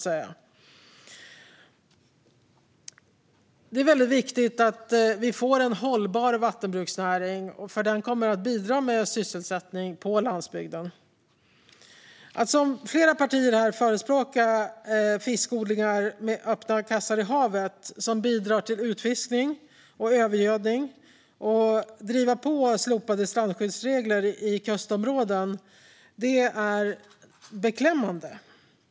Det är viktigt att vi får en hållbar vattenbruksnäring. Den kommer att bidra med sysselsättning på landsbygden. Flera partier här förespråkar fiskodlingar i öppna kassar i havet som bidrar till utfiskning och övergödning samt driver på för slopade strandskyddsregler i kustområden. Det är beklämmande.